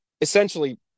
essentially